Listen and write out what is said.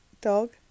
dog